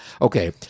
Okay